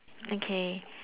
okay